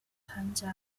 参加